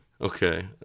Okay